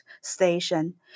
station